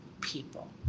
people